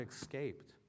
escaped